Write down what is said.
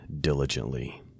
diligently